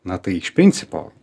na tai iš principo